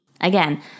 Again